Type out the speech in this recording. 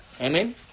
Amen